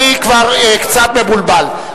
אני כבר קצת מבולבל,